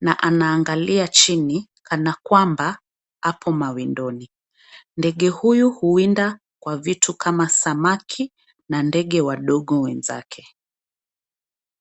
na anaangalia chini kana kwamba apo mawindoni. Ndege huyu huwinda kwa vitu kama samaki na ndege wadogo wenzake.